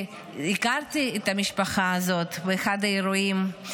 הכרתי את המשפחה הזאת באחד האירועים.